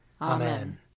Amen